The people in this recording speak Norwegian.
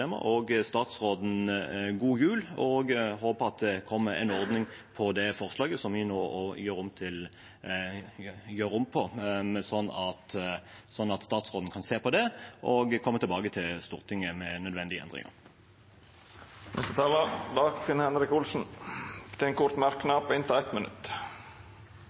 og statsråden god jul. Jeg håper at det kommer en ordning med tanke på det forslaget som vi nå gjør om på, at statsråden kan se på det og komme tilbake til Stortinget med nødvendige endringer. Representanten Dagfinn Henrik Olsen har hatt ordet to gonger tidlegare og får ordet til ein kort merknad, avgrensa til 1 minutt.